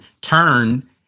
turn